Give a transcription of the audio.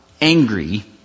angry